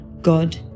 God